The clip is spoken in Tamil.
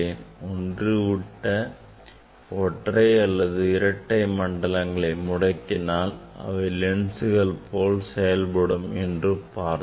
ஒன்றுவிட்ட ஒற்றை அல்லது இரட்டை மண்டலங்களை முடக்கினால் அவை லென்ஸ்கள் போல் செயல்படும் என்று பார்த்தோம்